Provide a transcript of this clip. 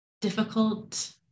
Difficult